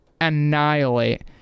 annihilate